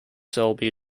selby